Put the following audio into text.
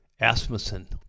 Asmussen